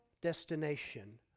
destination